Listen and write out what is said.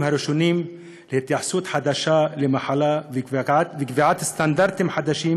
הראשונים להתייחסות חדשה למחלה וקביעת סטנדרטים חדשים